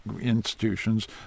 institutions